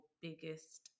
biggest